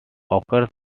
occurs